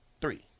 three